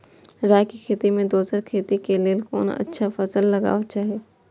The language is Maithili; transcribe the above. राय के खेती मे दोसर खेती के लेल कोन अच्छा फसल लगवाक चाहिँ?